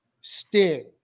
Sting